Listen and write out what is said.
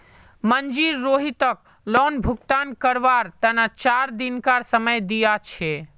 manager रोहितक loan भुगतान करवार तने चार दिनकार समय दिया छे